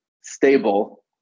stable